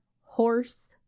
horse